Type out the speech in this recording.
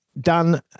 Dan